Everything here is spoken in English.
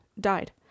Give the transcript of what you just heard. died